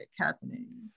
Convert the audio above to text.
happening